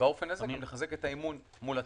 כך לחזק את האמון מול הציבור.